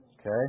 Okay